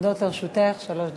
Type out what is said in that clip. עומדות לרשותך שלוש דקות.